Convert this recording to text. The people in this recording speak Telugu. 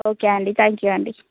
ఓకే అండి థ్యాంక్ యూ అండి